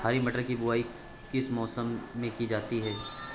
हरी मटर की बुवाई किस मौसम में की जाती है?